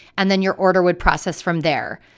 and then your order would process from there.